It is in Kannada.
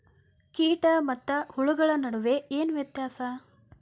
ಕೇಟ ಮತ್ತು ಹುಳುಗಳ ನಡುವೆ ಏನ್ ವ್ಯತ್ಯಾಸ?